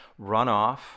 runoff